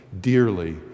dearly